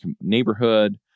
neighborhood